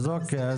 אז אוקיי.